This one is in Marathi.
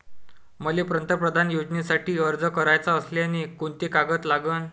मले पंतप्रधान योजनेसाठी अर्ज कराचा असल्याने कोंते कागद लागन?